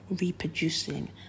reproducing